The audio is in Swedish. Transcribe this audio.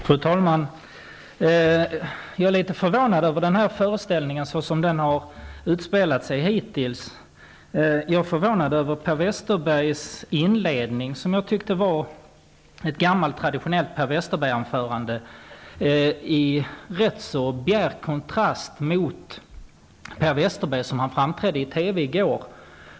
Fru talman! Jag är litet förvånad över den föreställning som hittills har utspelats. Jag är förvånad över Per Westerbergs inledande anförande. Jag tycker nämligen att det var ett traditionellt Per Westerberg-anförande, men i rätt bjärt kontrast till den Per Westerberg som framträdde i går i TV.